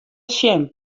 sjen